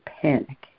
panic